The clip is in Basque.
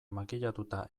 makillatuta